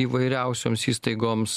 įvairiausioms įstaigoms